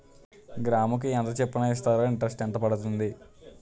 గ్రాముకి ఎంత చప్పున ఇస్తారు? ఇంటరెస్ట్ ఎంత పడుతుంది?